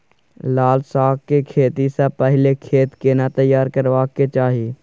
लाल साग के खेती स पहिले खेत केना तैयार करबा के चाही?